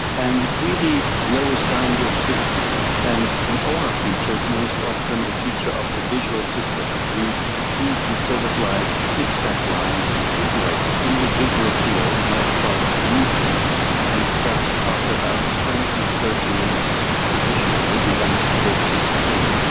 and it really lowers down your activities, and the aura feature is most often a feature of the visual system. you see some sort of like zigzag lines or heatwaves in your visual field, and that starts moving and stops after about twenty, thirty minutes traditionally, and then the headache kicks in.